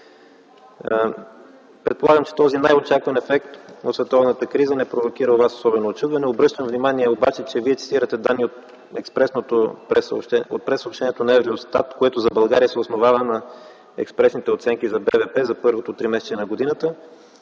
Предполагам че този най-очакван ефект от световната криза не провокира у вас особено учудване. Обръщам внимание, че Вие цитирате данни от прессъобщението на Евростат, което за България се основава на експресните оценки за БВП за първото тримесечие на годината.